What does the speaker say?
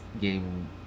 game